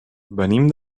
venim